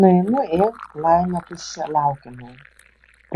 nueinu į laimė tuščią laukiamąjį